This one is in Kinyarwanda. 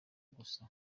gusa